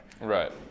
right